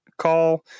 call